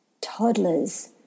toddlers